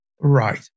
Right